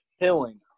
killing